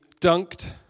dunked